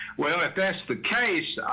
well, if that's the case,